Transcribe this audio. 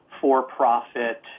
for-profit